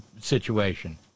situation